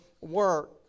work